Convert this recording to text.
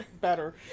better